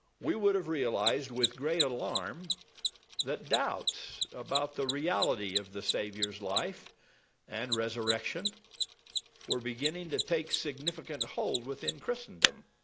we would have realized with great alarm that doubts about the reality of the savior's life and resurrection were beginning to take significant hold within christendom.